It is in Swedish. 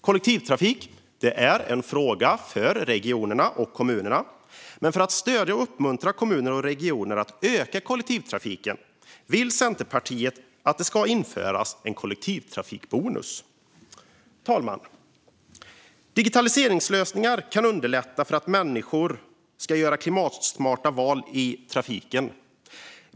Kollektivtrafik är en fråga för regionerna och kommunerna, men för att stödja och uppmuntra kommuner och regioner att öka kollektivtrafiken vill Centerpartiet att det ska införas en kollektivtrafikbonus. Fru talman! Digitaliseringslösningar kan underlätta för människor att göra klimatsmarta val i trafiken.